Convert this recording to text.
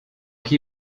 qui